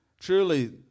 Truly